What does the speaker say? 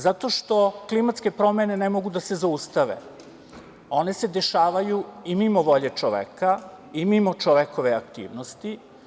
Zato što klimatske promene ne mogu da se zaustave, one se dešavaju i mimo volje čoveka i mimo čovekove aktivnosti.